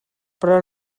però